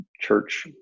church